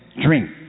drink